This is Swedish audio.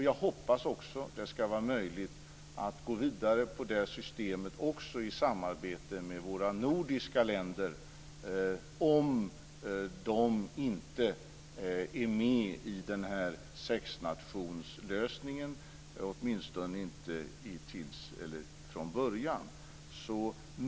Jag hoppas också att det ska vara möjligt att gå vidare med det systemet också i samarbete med våra nordiska länder om de inte är med i sexnationslösningen - åtminstone inte från början.